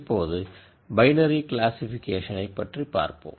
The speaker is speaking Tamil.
இப்போது பைனரி க்ளாசிக்பிகேஷன் பற்றி பார்ப்போம்